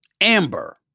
Amber